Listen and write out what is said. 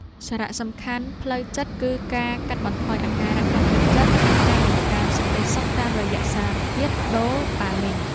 សារៈសំខាន់ផ្លូវចិត្តគឺការកាត់បន្ថយអាការៈបាក់ទឹកចិត្ត និងការបង្កើនសេចក្ដីសុខតាមរយៈសារធាតុដូប៉ាមីន។